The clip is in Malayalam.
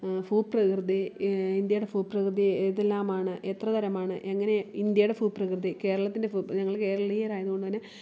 ഭൂപ്രകൃതി ഇന്ത്യയുടെ ഭൂപ്രകൃതി ഏതെല്ലാമാണ് എത്രതരമാണ് എങ്ങനെ ഇന്ത്യയുടെ ഭൂപ്രകൃതി കേരളത്തിന്റെ ഭൂപ്ര ഞങ്ങൾ കേരളീയരായതു കൊണ്ടു തന്നെ